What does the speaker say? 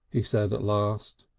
he said at last.